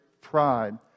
pride